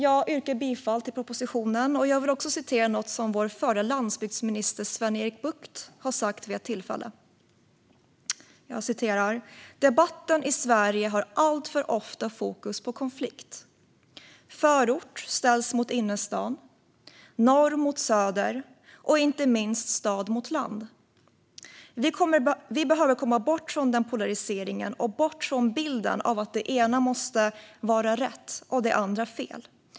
Jag yrkar bifall till propositionen. Jag vill också återge vad vår förre landsbygdsminister Sven-Erik Bucht sa vid ett tillfälle: Debatten i Sverige har alltför ofta fokus på konflikt. Förort ställs mot innerstad, norr mot söder och, inte minst, stad mot land. Vi behöver komma bort från den polariseringen och bort från bilden av att det ena måste vara rätt och det andra fel.